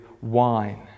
wine